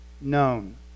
known